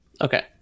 okay